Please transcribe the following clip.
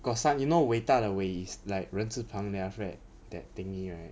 got some you know 伟大的伟 is like 人字旁 then after that that thingy right